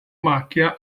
macchia